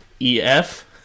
EF